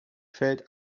fällt